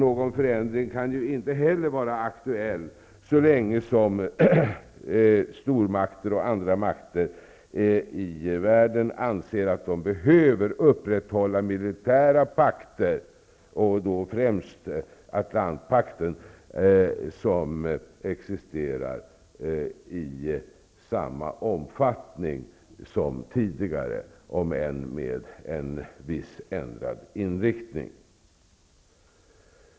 Någon förändring kan inte heller vara aktuell så länge stormakter och andra makter i världen anser att de behöver upprätthålla militära pakter. Det gäller främst Atlantpakten som existerar i samma omfattning som tidigare, om än med en viss ändrad inriktning.